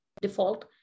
default